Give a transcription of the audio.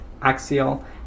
axial